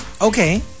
okay